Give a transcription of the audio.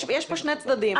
יש פה שני צדדים.